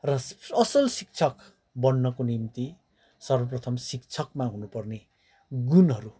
र असल शिक्षक बन्नको निम्ति सर्वप्रथम शिक्षकमा हुनुपर्ने गुणहरू